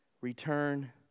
return